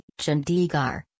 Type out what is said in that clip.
Chandigarh